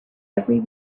every